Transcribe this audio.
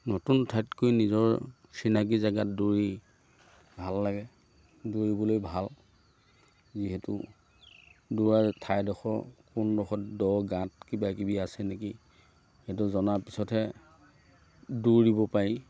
নতুন ঠাইতকৈ নিজৰ চিনাকি জেগাত দৌৰি ভাল লাগে দৌৰিবলৈ ভাল যিহেতু দৌৰা ঠাইডোখৰ কোনডোখৰত দ গাঁত কিবা কিবি আছে নেকি সেইটো জনাৰ পিছতহে দৌৰিব পাৰি